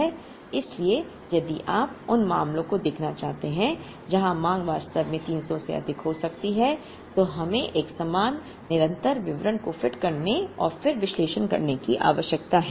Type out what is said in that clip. इसलिए यदि आप उन मामलों को देखना चाहते हैं जहां मांग वास्तव में 300 से अधिक हो सकती है तो हमें एक समान निरंतर वितरण को फिट करने और फिर विश्लेषण करने की आवश्यकता है